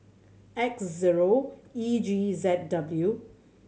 X zero E G Z W